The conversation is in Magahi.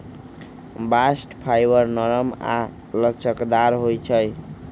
बास्ट फाइबर नरम आऽ लचकदार होइ छइ